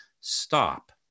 stop